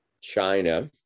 China